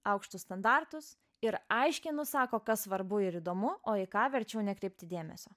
aukštus standartus ir aiškiai nusako kas svarbu ir įdomu o į ką verčiau nekreipti dėmesio